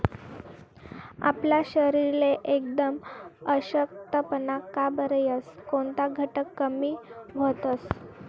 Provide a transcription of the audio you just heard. आपला शरीरले एकदम अशक्तपणा का बरं येस? कोनता घटक कमी व्हतंस?